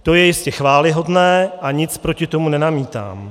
To je jistě chvályhodné a nic proti tomu nenamítám.